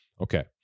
Okay